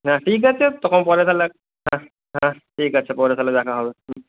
হ্যাঁ ঠিক আছে তোমাকে পরে তাহলে হ্যাঁ হ্যাঁ ঠিক আছে পরে তাহলে দেখা হবে হুম